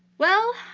well,